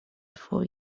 for